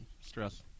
stress